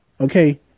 Okay